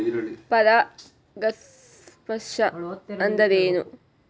ಪರಾಗಸ್ಪರ್ಶ ಅಂದರೇನು?